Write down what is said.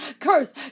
curse